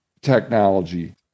technology